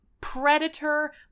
predator